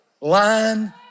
line